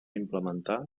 implementar